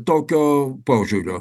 tokio požiūrio